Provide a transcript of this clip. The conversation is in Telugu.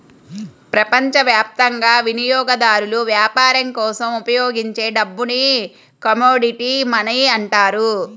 ప్రపంచవ్యాప్తంగా వినియోగదారులు వ్యాపారం కోసం ఉపయోగించే డబ్బుని కమోడిటీ మనీ అంటారు